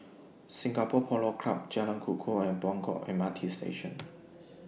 Singapore Polo Club Jalan Kukoh and Buangkok M R T Station